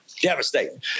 Devastating